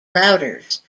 routers